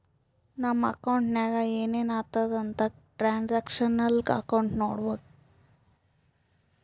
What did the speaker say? ನಮ್ ಅಕೌಂಟ್ನಾಗ್ ಏನೇನು ಆತುದ್ ಅಂತ್ ಟ್ರಾನ್ಸ್ಅಕ್ಷನಲ್ ಅಕೌಂಟ್ ನೋಡ್ಬೇಕು